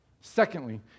Secondly